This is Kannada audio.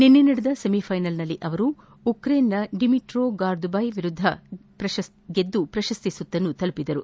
ನಿನ್ನೆ ನಡೆದ ಸಮಿಫ್ಟೆನಲ್ಸ್ನಲ್ಲಿ ಅವರು ಉಕ್ರೇನ್ನ ಡಿಮಿಟ್ರೊ ಗಾರ್ದುಬಿ ವಿರುದ್ದ ಗೆದ್ದು ಪ್ರಶಸ್ತಿ ಸುತ್ತು ತಲುಪಿದರು